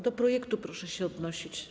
Do projektu proszę się odnosić.